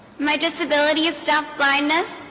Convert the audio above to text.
my disability is deafblindness